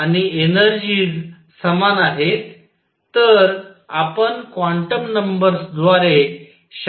तर आपण क्वांटम नंबर्सद्वारे शक्यता समाविष्ट केली